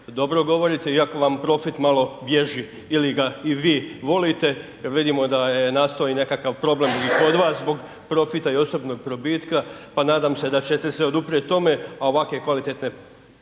dobro govorite iako vam profit malo bježi ili ga i vi volite jel vidimo da je nastao i nekakav problem i kod vas zbog profita i osobnog probitka, pa nadam se da ćete se oduprijet tome, a ovakve kvalitetne